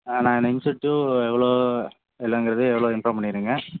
ஆ நான் இன்சென்டிவ் எவ்வளோ எவ்வளோங்கறது எவ்வளோன்னு இன்ஃபார்ம் பண்ணியிருங்க